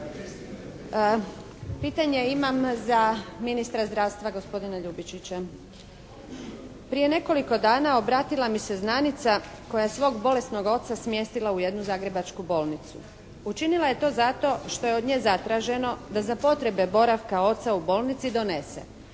Pitanje imam za ministra zdravstva gospodina Ljubičića. Prije nekoliko dana obratila mi se znanica koja je svog bolesnog oca smjestila u jednu zagrebačku bolnicu. Učinila je to zato što je od nje zatraženo da za potrebe boravka oca u bolnici donese